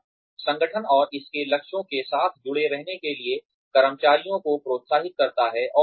यह संगठन और इसके लक्ष्यों के साथ जुड़े रहने के लिए कर्मचारियों को प्रोत्साहित करता है